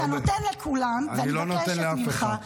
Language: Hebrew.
אתה נותן לכולם, ואני מבקשת ממך.